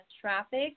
traffic